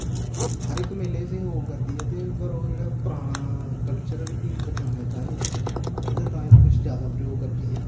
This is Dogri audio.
हर इक मेले सैह्जोग करदी ऐ ते पर ओह् जेह्ड़ा पराना कल्चरल गी बचाने ताहीं ओह्दे ताहीं ते कुछ जैदा प्रयोग करदी ऐ